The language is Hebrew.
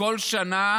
ובכל שנה